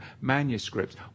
manuscripts